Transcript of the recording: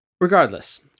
Regardless